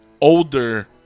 older